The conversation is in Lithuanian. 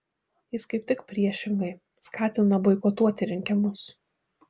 jis kaip tik priešingai skatina boikotuoti rinkimus